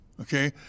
okay